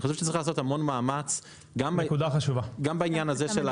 אני חושב שצריך לעשות המון מאמץ גם בעניין הזה.